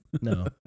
no